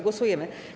Głosujemy.